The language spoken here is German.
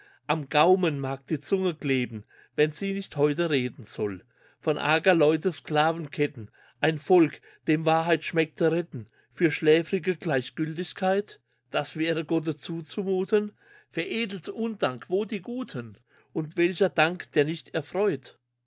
am gaumen mag die zunge kleben wenn sie nicht heute reden soll von arger leute sklavenketten ein volk dem wahrheit schmeckte retten für schläfrige gleichgültigkeit das wäre gotte zuzumuthen beredete undank wo die guten und welcher dank der nicht